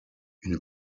une